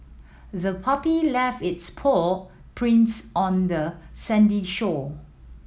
the puppy left its paw prints on the sandy shore